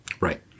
Right